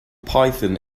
python